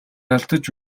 алдаж